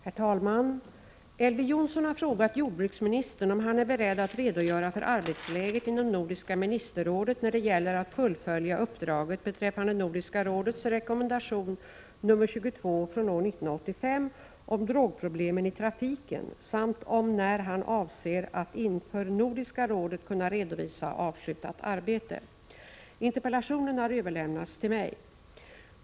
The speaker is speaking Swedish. Herr talman! Elver Jonsson har frågat jordbruksministern om han är beredd att redogöra för arbetsläget inom Nordiska ministerrådet när det gäller att fullfölja uppdraget beträffande Nordiska rådets rekommendation nr 22 från år 1985 om drogproblemen i trafiken samt om när han avser att inför Nordiska rådet kunna redovisa avslutat arbete. Interpellationen har överlämnats till mig.